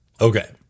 Okay